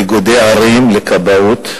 איגודי ערים לכבאות,